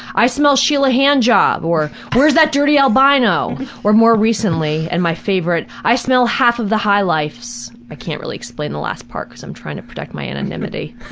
i smell sheila hand job! or where's that dirty albino? or more recently, and my favorite, i smell half of the high lifes! i can't really explain the last part, cause i'm trying to protect my anonymity.